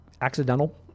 Accidental